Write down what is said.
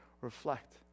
reflect